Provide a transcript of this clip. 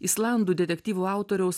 islandų detektyvų autoriaus